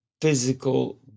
physical